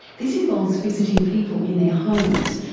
this involves visiting people in their homes,